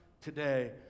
today